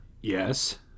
Yes